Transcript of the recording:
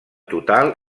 total